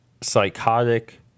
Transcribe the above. psychotic